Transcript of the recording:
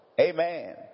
Amen